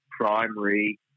Primary